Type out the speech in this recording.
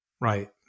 right